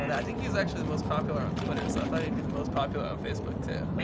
and i think he's actually the most popular on twitter, so i thought he'd be the most popular on facebook, too. wait,